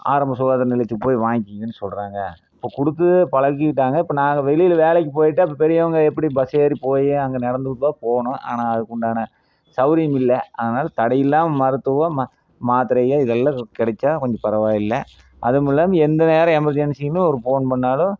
ஆரம்ப சுகாதார நிலையத்துக்கு போய் வாங்கிங்கன்னு சொல்கிறாங்க இப்போ கொடுத்து பழகிக்கிட்டாங்க இப்போ நாங்கள் வெளியில வேலைக்கு போய்ட்டால் அப்போ பெரியவங்க எப்படி பஸ் ஏறி போய் அங்கே நடந்துதான் போகணும் ஆனால் அதுக்குண்டான சவுகரியமில்ல அதனால் தடையில்லா மருத்துவம் மாத்திரையோ இதெல்லாம் கிடைச்சா கொஞ்சம் பரவாயில்லை அதுவுமில்லாமல் எந்த நேர எமர்ஜென்சின்னு ஒரு ஃபோன் பண்ணுணாலும்